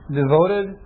devoted